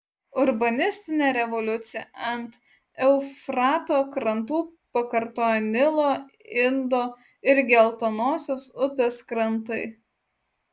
urbanistinę revoliuciją ant eufrato krantų pakartojo nilo indo ir geltonosios upės krantai